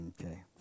Okay